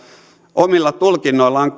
omilla tulkinnoillaan